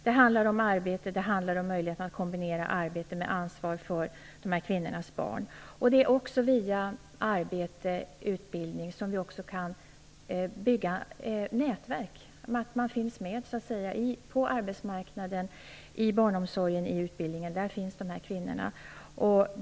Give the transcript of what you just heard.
Det handlar om arbete, om kvinnornas möjlighet att kombinera arbete med ansvar för barnen. Det är också via arbete/utbildning som vi kan bygga nätverk, så att de här kvinnorna finns med på arbetsmarknaden, i barnomsorgen och i utbildningen.